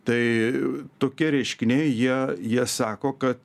tai tokie reiškiniai jie jie sako kad